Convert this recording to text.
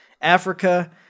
Africa